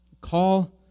Call